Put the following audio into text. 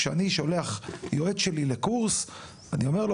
כשאני שולח יועץ שלי לקורס אני אומר לו